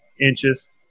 inches